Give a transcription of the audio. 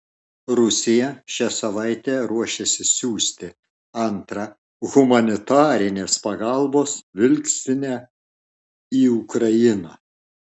rusija šią savaitę ruošiasi siųsti antrą humanitarinės pagalbos vilkstinę į ukrainą